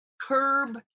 curb